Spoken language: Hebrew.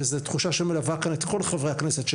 וזה תחושה שמלווה כאן את כל חברי הכנסת של